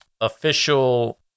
Official